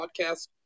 podcast